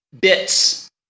bits